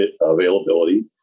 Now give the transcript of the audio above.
availability